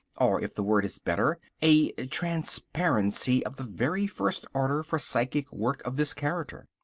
or if the word is better, a transparency, of the very first order for psychic work of this character.